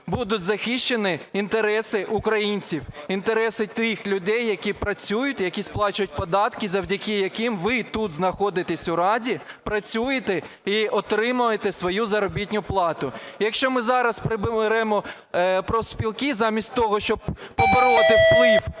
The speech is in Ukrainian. будуть захищені інтереси українців, інтереси тих людей, які працюють, які сплачують податки завдяки яким ви тут знаходитесь в Раді, працюєте і отримуєте свою заробітну плату. Якщо ми зараз приберемо профспілки замість того, щоб побороти вплив